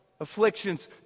afflictions